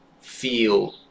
feel